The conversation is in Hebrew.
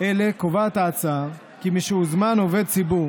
אלה קובעת ההצעה כי משהוזמן עובד ציבור